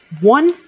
one